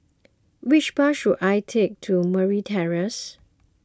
which bus should I take to Merryn Terrace